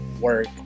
work